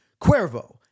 Cuervo